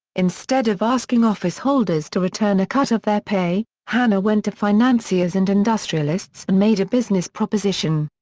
instead of asking office holders to return a cut of their pay, hanna went to financiers and industrialists and made a business proposition.